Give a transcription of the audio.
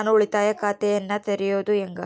ನಾನು ಉಳಿತಾಯ ಖಾತೆಯನ್ನ ತೆರೆಯೋದು ಹೆಂಗ?